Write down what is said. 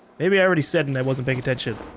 maybe i already said and i wasn't paying attention.